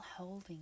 holding